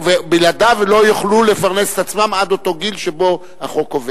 שבלעדיו לא יוכלו לפרנס את עצמם עד אותו גיל שבו החוק קובע.